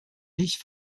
nicht